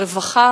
רווחה